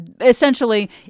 essentially